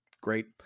Great